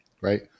right